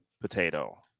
potato